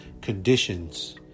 conditions